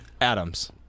Adams